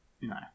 No